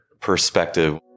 perspective